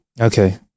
Okay